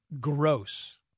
gross